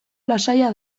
lasaia